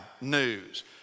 news